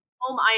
home